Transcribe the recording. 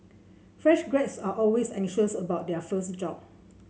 fresh graduates are always anxious about their first job